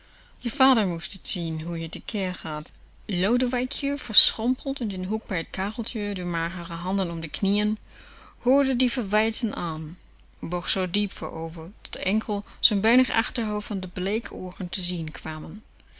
je vader most t zien hoe je te keer gaat lodewijkje verschrompeld in den hoek bij t kacheltje de magere handen om de knieën hoorde die verwijten aan boog zoo diep voorover dat enkel z'n beenig achterhoofd en de bleeke ooren te zien kwamen